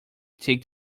take